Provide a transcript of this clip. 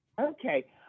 Okay